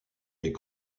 est